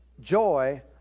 joy